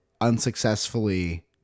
unsuccessfully